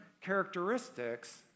characteristics